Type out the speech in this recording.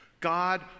God